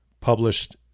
published